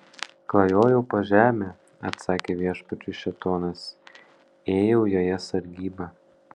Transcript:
klajojau po žemę atsakė viešpačiui šėtonas ėjau joje sargybą